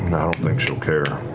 i don't think she'll care.